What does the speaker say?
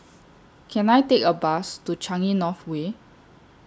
Can I Take A Bus to Changi North Way